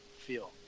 feel